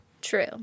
True